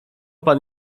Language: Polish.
pan